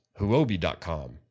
Huobi.com